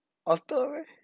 otter